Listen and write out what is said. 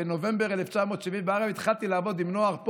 בנובמבר 1974 התחלתי לעבוד עם נוער,